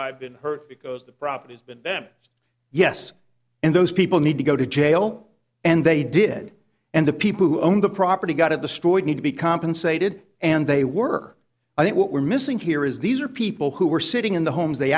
i've been hurt because the properties been m yes and those people need to go to jail and they did and the people who own the property got to destroy need to be compensated and they were i think what we're missing here is these are people who were sitting in the homes they